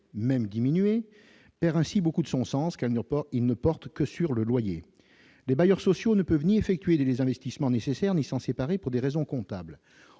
même diminué perd ainsi beaucoup de son sens qu'elle n'a pas, ils ne portent que sur le loyer, les bailleurs sociaux ne peuvent ni effectuer les investissements nécessaires ni s'en séparer pour des raisons comptables